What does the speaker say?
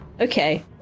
Okay